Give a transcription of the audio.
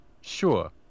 sure